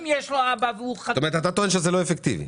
אם יש לו אבא והוא חתום --- אתה טוען שזה לא אפקטיבי.